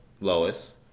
Lois